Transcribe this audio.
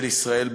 של ישראל בעולם,